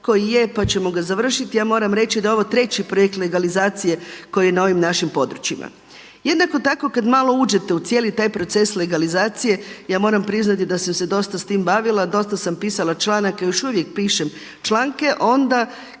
koji je pa ćemo ga završiti. Ja moram reći da je ovo treći projekt legalizacije koji je na ovim našim područjima. Jednako tako kad malo uđete u cijeli taj proces legalizacije ja moram priznati da sam se dosta s time bavila, dosta sam pisala članaka i još uvijek pišem članke onda